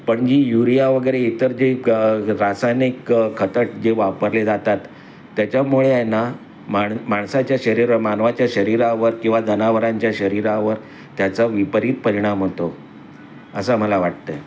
पण जी युरिया वगैरे इतर जे रासायनिक खतं जे वापरले जातात त्याच्यामुळे आहे ना माण माणसाच्या शरीर मानवाच्या शरीरावर किंवा जनावरांच्या शरीरावर त्याचा विपरीत परिणाम होतो असा मला वाटतं आहे